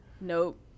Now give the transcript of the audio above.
Nope